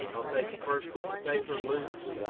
i'll take the first piece of paper loose,